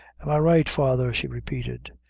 am i right, father? she repeated.